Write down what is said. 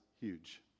huge